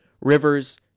rivers